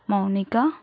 Mounika